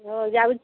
ହଉ ଯାଉଛି